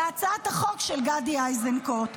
להצעת החוק של גדי איזנקוט.